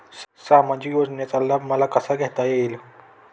सामाजिक योजनेचा लाभ मला कसा घेता येईल?